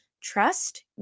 trust